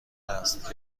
است